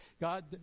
God